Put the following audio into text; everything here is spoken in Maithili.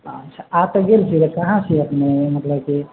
हँ आ तऽ गेल छियै कहाँ छियै अपने मतलब कि